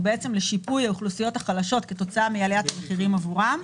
לשיפוי האוכלוסיות החלשות כתוצאה מעליית המחירים עבורם,